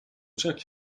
check